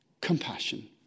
Compassion